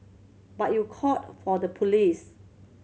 but you called for the police